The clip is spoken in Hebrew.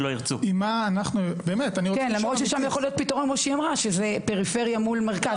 למרות ששם יכול להיות פתרון כפי שהיא אמרה שזאת פריפריה מול מרכז.